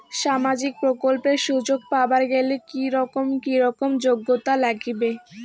সামাজিক প্রকল্পের সুযোগ পাবার গেলে কি রকম কি রকম যোগ্যতা লাগিবে?